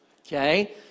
Okay